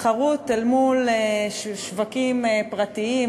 תחרות אל מול שווקים פרטיים,